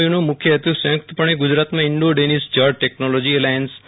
યુનો મુખ્ય હેતુ સંયુક્તપણે ગુજરાતમાં ઇન્ડો ડેનિશ જળ ટેકનોલોજી એલાયન્સ આઈ